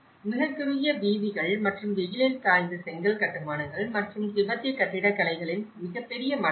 மிகக் குறுகிய வீதிகள் மற்றும் வெயிலில் காய்ந்த செங்கல் கட்டுமானங்கள் மற்றும் திபெத்திய கட்டிடக்கலைகளின் மிகப்பெரிய மடங்கள்